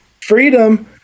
Freedom